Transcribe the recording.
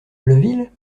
blainville